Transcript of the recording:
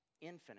infinite